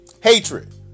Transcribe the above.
hatred